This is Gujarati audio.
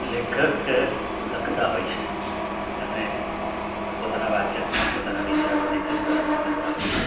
લેખક લખતા હોય છે અને પોતાના વાચકને પોતાના વિચારો લેખન દ્વારા મોકલતા હોય છે